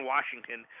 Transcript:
Washington